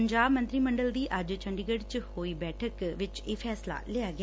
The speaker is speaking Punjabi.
ਪੰਜਾਬ ਮੰਤਰੀ ਮੰਡਲ ਦੀ ਅੱਜ ਚੰਡੀਗੜ ਚ ਹੋਈ ਬੈਠਕ ਇਹ ਇਹ ਫੈਸਲਾ ਲਿਆ ਗਿਆ